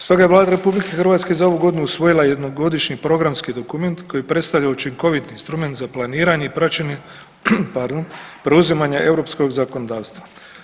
Stoga je Vlada RH za ovu godinu usvojila jednogodišnji programski dokument koji predstavlja učinkoviti instrument za planiranje i praćenje preuzimanja EU zakonodavstva.